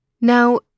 Now